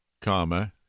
comma